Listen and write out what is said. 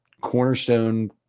cornerstone